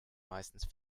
meistens